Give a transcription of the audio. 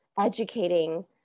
educating